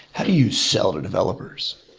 how do you sell to developers?